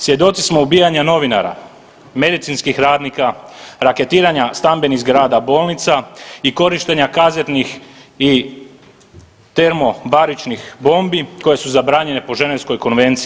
Svjedoci smo ubijanja novinara, medicinskih radnika, raketiranja stambenih zgrada, bolnica i korištenja kazetnih i termobaričnih bombi koje su zabranjene po Ženevskoj konvenciji.